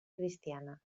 cristiana